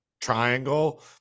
triangle